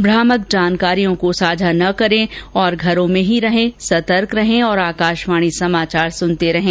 भ्रामक जानकारियों को साझा न करें और घरों में ही रहें सतर्क रहें और आकाशवाणी समाचार सुनते रहें